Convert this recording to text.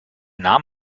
nahm